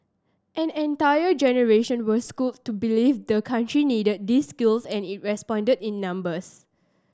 an entire generation was schooled to believe the country needed these skills and it responded in numbers